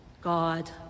God